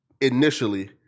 initially